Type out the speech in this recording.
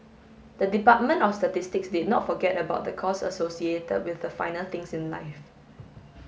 the Department of Statistics did not forget about the costs associated with the finer things in life